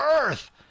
Earth